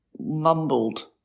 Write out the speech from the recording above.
mumbled